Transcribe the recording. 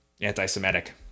anti-Semitic